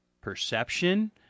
perception